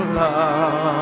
love